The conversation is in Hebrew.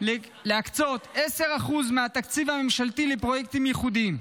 להקצות 10% מהתקציב הממשלתי לפרויקטים ייחודיים.